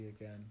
again